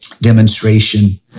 demonstration